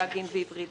פלאגים והיברידי,